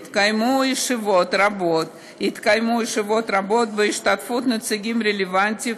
התקיימו ישיבות רבות בהשתתפות הנציגים הרלוונטיים,